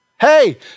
Hey